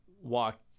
walk